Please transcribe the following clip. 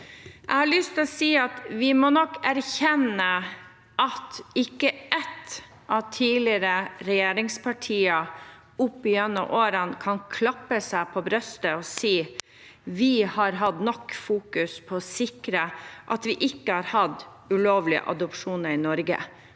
Jeg har lyst til å si at vi nok må erkjenne at ikke ett tidligere regjeringsparti opp gjennom årene kan klappe seg på brystet og si: Vi har hatt nok fokus på å sikre at vi ikke har hatt ulovlige adopsjoner i